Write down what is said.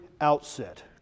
outset